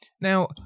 Now